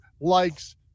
likes